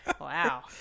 Wow